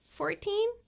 Fourteen